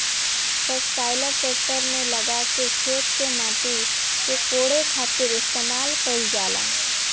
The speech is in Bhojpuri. सबसॉइलर ट्रेक्टर में लगा के खेत के माटी के कोड़े खातिर इस्तेमाल कईल जाला